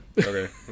Okay